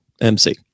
MC